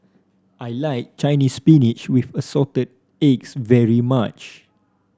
I like Chinese Spinach with Assorted Eggs very much